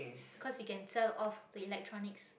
'cause he can sell off the electronics